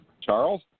Charles